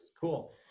cool